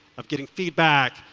of getting feedback,